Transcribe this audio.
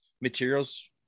materials